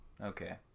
Okay